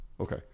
Okay